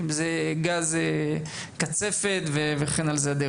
אם זה גז קצפת וכן הלאה.